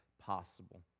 possible